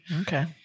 Okay